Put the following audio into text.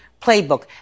playbook